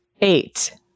eight